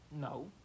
No